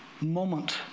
moment